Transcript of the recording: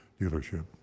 dealership